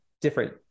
different